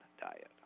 diet